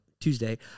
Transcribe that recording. Tuesday